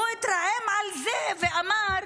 הוא התרעם על זה ואמר: